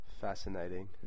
Fascinating